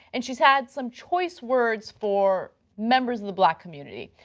and she had some choice words for members of the black community.